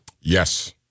Yes